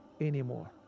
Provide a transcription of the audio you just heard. anymore